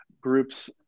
groups